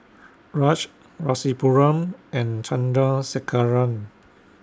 Raj Rasipuram and Chandrasekaran